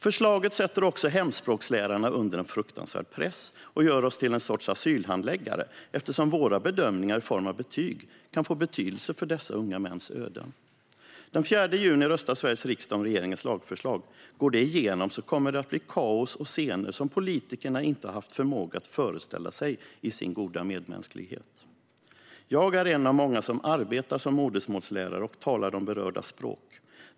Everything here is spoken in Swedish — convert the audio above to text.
Förslaget sätter också hemspråkslärarna under en fruktansvärd press och gör oss till en sorts asylhandläggare eftersom våra bedömningar i form av betyg kan få betydelse för dessa unga mäns öden. Den 4 juni röstar Sveriges riksdag om regeringens lagförslag. Går det igenom kommer det att bli kaos och scener som politikerna inte har haft förmåga att föreställa sig i sin goda medmänsklighet. - Jag är en av många som arbetar som modersmålslärare och talar de berördas språk.